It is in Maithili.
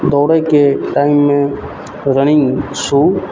दौड़यके टाइममे रनिंग शू